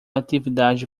atividade